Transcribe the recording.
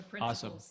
Awesome